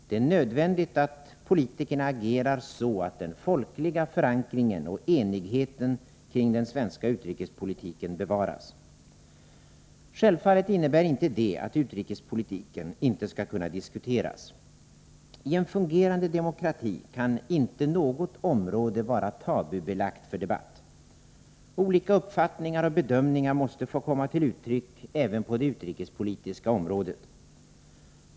Det är nödvändigt att politikerna agerar så att den folkliga förankringen och enigheten kring den svenska utrikespolitiken bevaras. Självfallet innebär inte detta att utrikespolitiken inte skall kunna diskuteras. I en fungerande demokrati kan inte något område vara tabubelagt för debatt. Olika uppfattningar och bedömningar måste få komma till uttryck även på det utrikespolitiska området.